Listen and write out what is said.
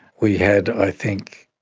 we had i think,